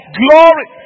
glory